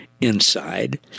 inside